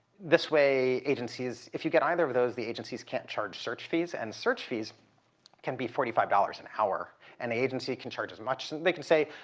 this way, agencies if you get either of those, the agencies can't charge search fees, and search fees can be forty five dollars an hour and the agency can charge as much they can say